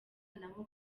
naho